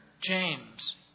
James